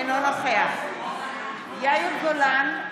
אינו נוכח יאיר גולן,